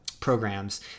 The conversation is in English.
programs